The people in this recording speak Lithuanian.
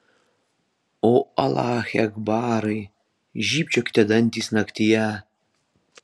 o alache akbarai žybčiokite dantys naktyje